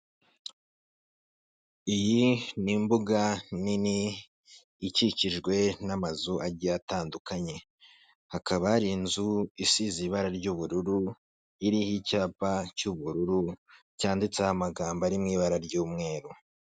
Iyi ni imbuga nini, ikikijwe n'amazu atandukanye, hakaba hari inzu isize ibara ry'ubururu, iriho icyapa cy'ubururu cyanditseho amagambo ari mu ibara ry'umweru.